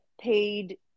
paid